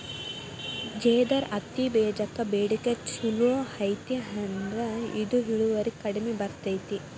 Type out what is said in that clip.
ಜೇದರ್ ಹತ್ತಿಬೇಜಕ್ಕ ಬೇಡಿಕೆ ಚುಲೋ ಐತಿ ಆದ್ರ ಇದು ಇಳುವರಿ ಕಡಿಮೆ ಬರ್ತೈತಿ